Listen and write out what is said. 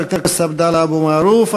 חבר הכנסת עבדאללה אבו מערוף.